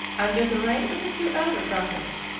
under the reign of the two elder brothers,